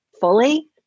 fully